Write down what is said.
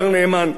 שהוא איש תורה,